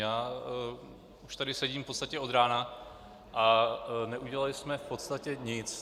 Já už tady sedím v podstatě od rána a neudělali jsme v podstatě nic.